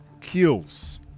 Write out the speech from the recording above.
kills